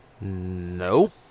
No